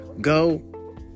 go